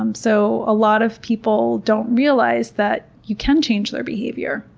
um so a lot of people don't realize that you can change their behavior.